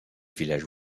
villages